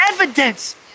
evidence